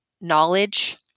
knowledge